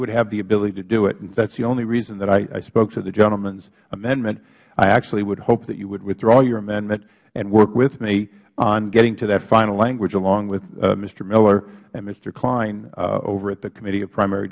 would have the ability to do it that is the only reason that i spoke to the gentlemans amendment i actually would hope that you would withdraw your amendment and work with me on getting to that final language along with mister miller and mister kline over at the committee of primary